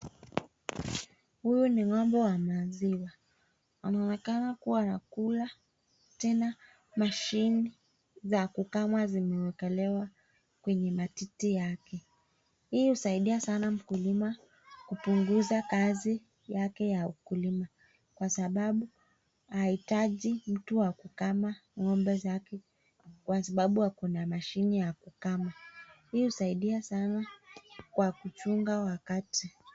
Huyu ni ng'ombe wa maziwa. Anaonekana kuwa anakula. Tena mashine za kukama zimewekelewa kwenye matiti yake. Hii husaidia sana mkulima kupunguza kazi yake ya ukulima kwa sababu haitaji mtu wa kukama ng'ombe zake kwa sababu kuna mashine ya kukama. Hii husaidia sana kwa kuchunga wakati.